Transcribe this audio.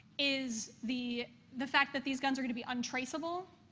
is the the fact that these guns are gonna be un-traceable.